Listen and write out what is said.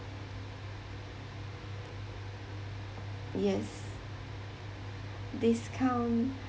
yes discount